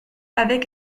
avec